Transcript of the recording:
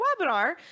webinar